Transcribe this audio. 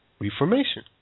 Reformation